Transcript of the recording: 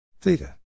theta